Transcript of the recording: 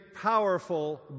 powerful